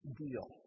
deal